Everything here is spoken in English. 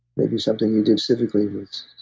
maybe something you did specifically with